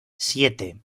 siete